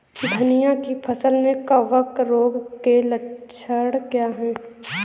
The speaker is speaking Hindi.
धनिया की फसल में कवक रोग के लक्षण क्या है?